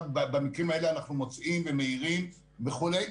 במקרים האלה אנחנו מוצאים ומעירים וכו'.